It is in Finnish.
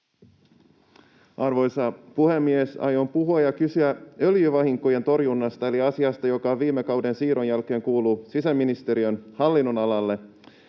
Arvoisa puhemies! Aion puhua ja kysyä öljyvahinkojen torjunnasta eli asiasta, joka viime kauden siirron jälkeen kuuluu sisäministeriön hallinnonalalle.